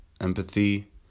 empathy